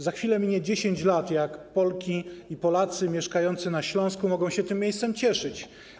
Za chwilę minie 10 lat, jak Polki i Polacy mieszkający na Śląsku mogą się tym miejscem cieszyć.